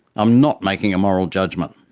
i'm not making a moral judgement.